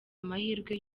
amahirwe